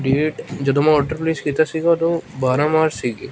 date ਜਦੋਂ ਮੈਂ order place ਕੀਤਾ ਸੀਗਾ ਉਦੋਂ ਬਾਰਾਂ ਮਾਰਚ ਸੀਗੀ